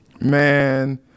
man